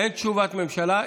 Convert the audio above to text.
אין תשובת ממשלה.